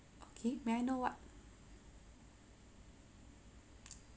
okay may I know what